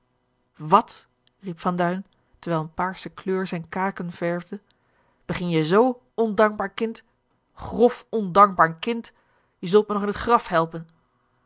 wat riep van duin terwijl eene paarsche kleur zijne kaken verwde begin je z ondankbaar kind grof ondankbaar kind je zult me nog in het graf helpen